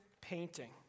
painting